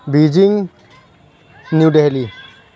Beijing New Delhi